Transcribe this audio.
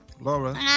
Laura